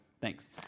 Thanks